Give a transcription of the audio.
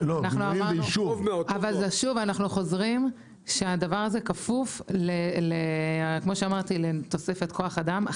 אנחנו חוזרים שהדבר הזה כפוף לתוספת כוח אדם,